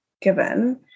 given